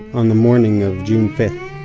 on the morning of june fifth.